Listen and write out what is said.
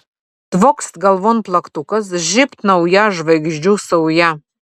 tvokst galvon plaktukas žybt nauja žvaigždžių sauja